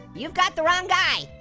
you've got the wrong guy.